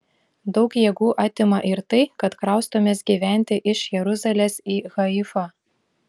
daug jėgų atima ir tai kad kraustomės gyventi iš jeruzalės į haifą